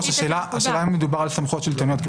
השאלה אם מדובר על סמכויות שלטוניות,